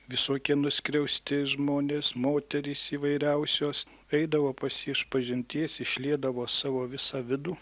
visokie nuskriausti žmonės moterys įvairiausios eidavo pas jį išpažinties išliedavo savo visą vidų